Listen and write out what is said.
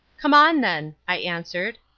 come on, then, i answered,